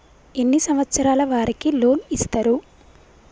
ఎన్ని సంవత్సరాల వారికి లోన్ ఇస్తరు?